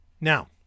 now